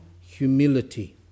humility